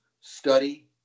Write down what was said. study